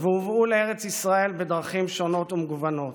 והובאו לארץ ישראל בדרכים שונות ומגוונות,